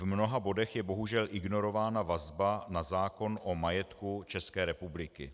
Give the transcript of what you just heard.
V mnoha bodech je bohužel ignorována vazba na zákon o majetku České republiky.